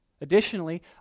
Additionally